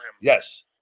Yes